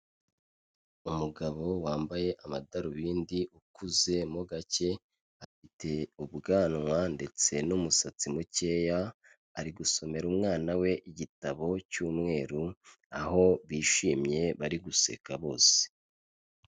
Umugabo wambaye amadarubindi ukuzemo gake, afite ubwanwa ndetse n'umusatsi mukeya, ari gusomera umwana we igitabo cy'umweru, aho bishimye bari guseka bose.